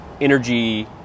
energy